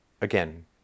again